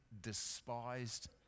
despised